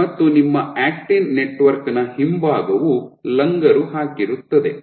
ಮತ್ತು ನಿಮ್ಮ actin network ನ ಹಿಂಭಾಗವು ಲಂಗರು ಹಾಕಿರುತ್ತದೆ